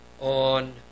On